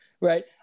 right